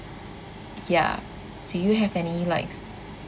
ya do you have any like